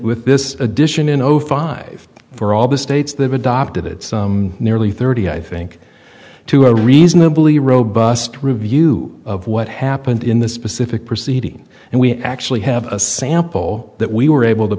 with this addition in zero five for all the states they've adopted it's nearly thirty i think to a reasonably robust review of what happened in this specific proceeding and we actually have a sample that we were able to